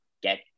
get